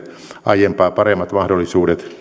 aiempaa paremmat mahdollisuudet